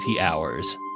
hours